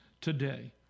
today